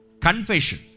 Confession